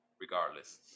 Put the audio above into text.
regardless